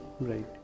Right